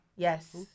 Yes